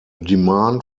demand